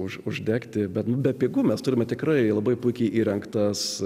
už uždegti bet bepigu mes turime tikrai labai puikiai įrengtas